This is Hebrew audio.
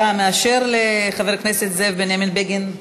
אתה מאשר לחבר הכנסת זאב בנימין בגין?